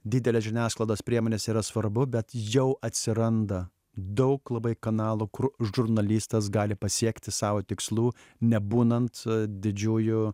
didelės žiniasklaidos priemonės yra svarbu bet jau atsiranda daug labai kanalų kur žurnalistas gali pasiekti sau tikslų nebūnant didžiųjų